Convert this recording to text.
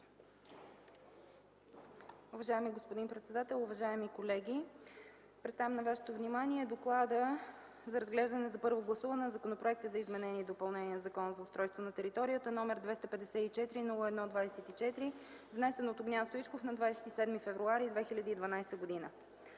Уважаеми господин председател, уважаеми колеги! Представям на Вашето внимание „ДОКЛАД за разглеждане за първо гласуване на Законопроект за изменение и допълнение на Закона за устройство на територията, № 254-01-24, внесен от Огнян Стоичков на 27 февруари 2012 г.